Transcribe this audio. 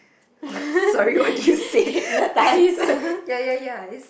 like sorry what do you say ya ya ya it's